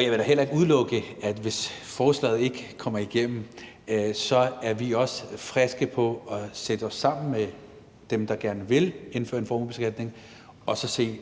jeg vil da heller ikke udelukke, hvis forslaget ikke kommer igennem, at vi også er friske på at sætte os sammen med dem, der gerne vil indføre en formuebeskatning, og se